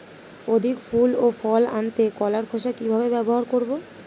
অধিক ফুল ও ফল আনতে কলার খোসা কিভাবে ব্যবহার করব?